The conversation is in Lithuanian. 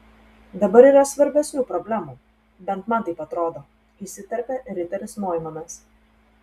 dabar yra svarbesnių problemų bent man taip atrodo įsiterpė riteris noimanas